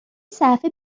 صفحه